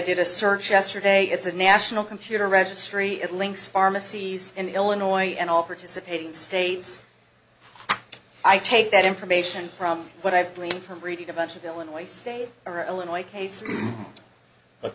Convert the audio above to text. did a search yesterday it's a national computer registry it links pharmacies in illinois and all participating states i take that information from what i've gleaned from reading a bunch of illinois state or illinois case